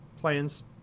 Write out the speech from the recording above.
plans